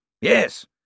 Yes